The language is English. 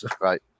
Right